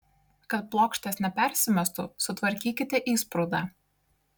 kad plokštės nepersimestų sutvarkykite įsprūdą